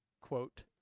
quote